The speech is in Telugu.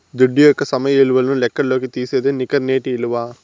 దుడ్డు యొక్క సమయ విలువను లెక్కల్లోకి తీసేదే నికర నేటి ఇలువ